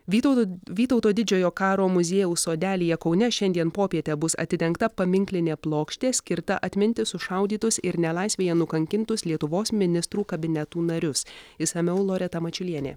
vytauto vytauto didžiojo karo muziejaus sodelyje kaune šiandien popietę bus atidengta paminklinė plokštė skirta atminti sušaudytus ir nelaisvėje nukankintus lietuvos ministrų kabinetų narius išsamiau loreta mačiulienė